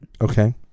Okay